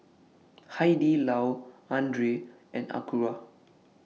Hai Di Lao Andre and Acura